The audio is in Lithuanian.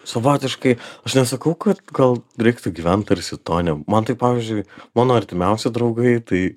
savotiškai aš nesakau kad gal reiktų gyvent tarsi tone man tai pavyzdžiui mano artimiausi draugai tai